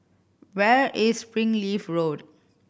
where is Springleaf Road